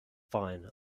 fine